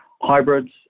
hybrids